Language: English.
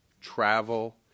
travel